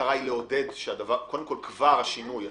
המטרה היא לעודד, קודם כל, כבר השינוי הצרכני,